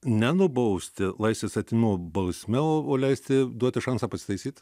ne nubausti laisvės atėmimo bausme o o leisti duoti šansą pasitaisyt